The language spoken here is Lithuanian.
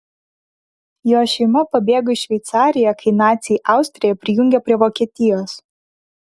jo šeima pabėgo į šveicariją kai naciai austriją prijungė prie vokietijos